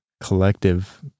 collective